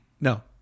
No